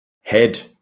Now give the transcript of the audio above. head